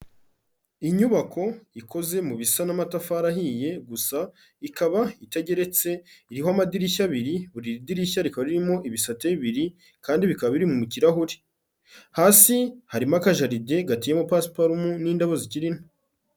Inyubako ikoze mu bisa n'amatafari ahiye gusa ikaba itageretse iriho amadirishya abiri buri dirishya rikaba ririmo ibisate bibiri kandi bikaba biri mu kirahure, hasi harimo akajaride gateyemo pasuparumu n'indabo zikiri nto.